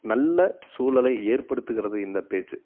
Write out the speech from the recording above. நல்ல சூழலை ஏற்படுத்துகிறது இந்த பேச்சு